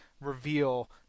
reveal